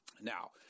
Now